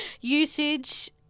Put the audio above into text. Usage